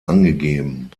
angegeben